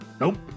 Nope